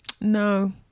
no